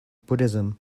buddhism